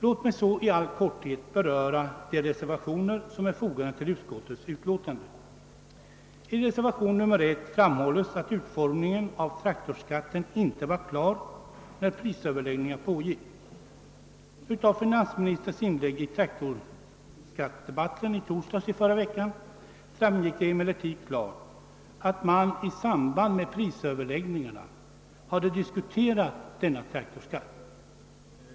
Låt mig så i all korthet beröra de reservationer som är fogade till utskottets utlåtande. I reservationen 1 framhålles att utformningen av traktorskatten inte var klar när prisöverläggningarna pågick. Av finansministerns inlägg i traktorskattedebatten i torsdags i förra veckan framgick det klart, att man i samband med prisöverläggningarna hade diskuterat denna traktorskatt.